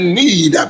need